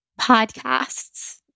podcasts